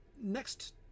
Next